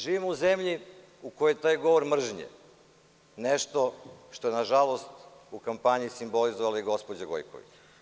Živimo u zemlji u kojoj je taj govor mržnje nešto što je, na žalost, u kampanji simbolizovala i gospođa Gojković.